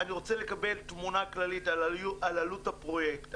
אני רוצה לקבל תמונה כללית על עלות הפרויקט,